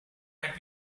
had